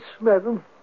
madam